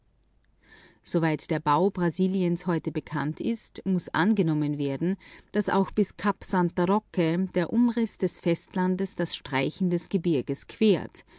soweit der bau brasiliens heute bekannt ist muß angenommen werden daß auch bis kap san roque der umriß des festlandes das streichen des gebirges quert